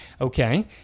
Okay